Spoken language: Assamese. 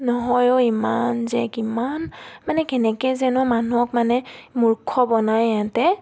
নহয় ও ইমান যে কিমান মানে কেনেকৈ যেনো মানুহক মানে মূৰ্খ বনাই ইহঁতে